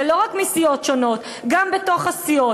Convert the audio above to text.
וזה לא רק מסיעות שונות אלא גם בתוך הסיעות.